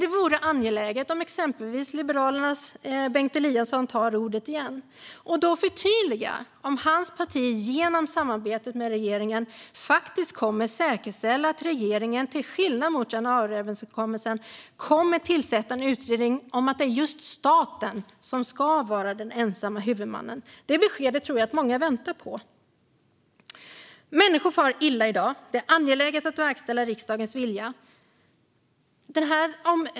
Det vore dock angeläget om exempelvis Liberalernas Bengt Eliasson tog ordet igen och då förtydligade om hans parti genom samarbetet med regeringen kommer att säkerställa att regeringen, till skillnad mot januariöverenskommelsen, kommer att tillsätta en utredning om att det är just staten som ska vara ensam huvudman. Det beskedet tror jag att många väntar på. Människor far illa i dag. Det är angeläget att verkställa riksdagens vilja.